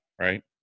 right